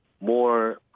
more